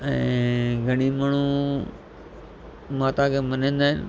ऐं घणेई माण्हू माता खे मञींदा आहिनि